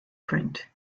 print